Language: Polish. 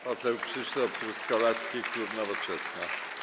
Poseł Krzysztof Truskolaski, klub Nowoczesna.